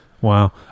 wow